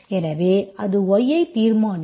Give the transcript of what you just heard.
எனவே அது y ஐ தீர்மானிக்கும்